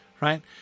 right